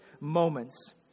moments